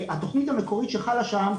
התוכנית המקורית שחלה שם,